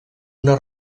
una